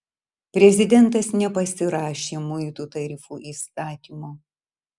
prezidentas nepasirašė muitų tarifų įstatymo